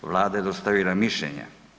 Vlada je dostavila mišljenje.